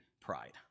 pride